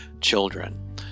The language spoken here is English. children